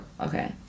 Okay